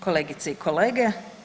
Kolegice i kolege.